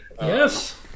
Yes